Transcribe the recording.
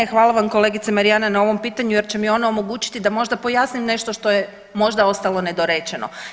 Ne, hvala vam kolegice Marijana na ovom pitanju jer će mi ono omogućiti da možda pojasnim nešto što je možda ostalo nedorečeno.